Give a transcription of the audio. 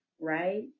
right